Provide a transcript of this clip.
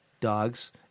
dogs